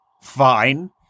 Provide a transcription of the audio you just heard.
Fine